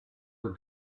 were